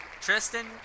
Tristan